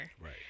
Right